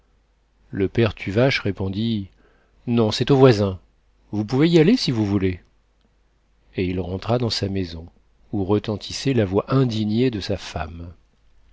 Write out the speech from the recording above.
le père tuvache répondit non c'est aux voisins vous pouvez y aller si vous voulez et il rentra dans sa maison où retentissait la voix indignée de sa femme